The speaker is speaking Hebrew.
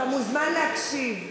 אתה מוזמן להקשיב.